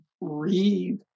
read